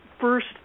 first